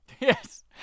Yes